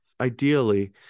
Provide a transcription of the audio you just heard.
Ideally